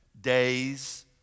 days